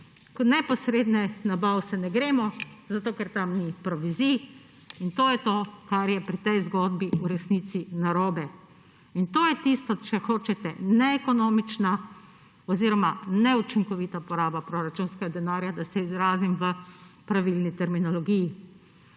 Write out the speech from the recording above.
neposrednih nabav se ne gremo, zato ker tam ni provizij, in to je to, kar je pri tej zgodbi v resnici narobe. To je tisto, če hočete, neekonomično oziroma neučinkovita poraba proračunskega denarja, da se izrazim v pravilni terminologiji.